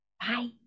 Bye